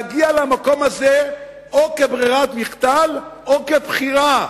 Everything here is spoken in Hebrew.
להגיע למקום הזה או כברירת מחדל או כבחירה.